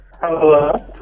Hello